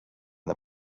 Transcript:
the